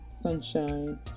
Sunshine